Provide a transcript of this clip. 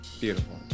beautiful